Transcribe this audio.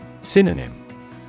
Synonym